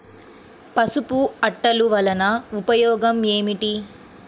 పసుపు అట్టలు వలన ఉపయోగం ఏమిటి?